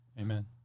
Amen